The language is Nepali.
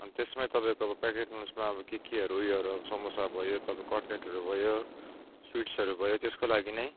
अनि त्यसमा तपाईँको अब प्याकेट लन्चमा अब के केहरू उयोहरू समोसा भयो तपाईँको कट्लेटहरू भयो स्विट्सहरू भयो त्यसको लागि नै